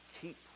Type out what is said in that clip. keep